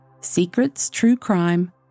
SecretsTrueCrime